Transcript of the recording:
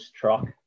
truck